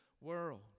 world